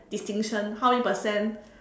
distinction how many percent